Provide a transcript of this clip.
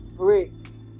bricks